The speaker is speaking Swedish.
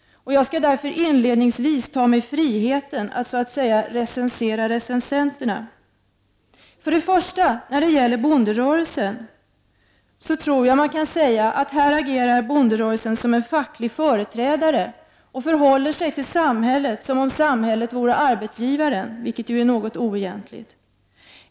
Jag skall därför inledningsvis ta mig friheten att recensera recensenterna, så att säga. Till att börja med tror jag att man kan säga att bonderörelsen i den här frågan agerar som en facklig företrädare och förhåller sig till samhället som om samhället vore en arbetsgivare, vilket ju är något oegentligt.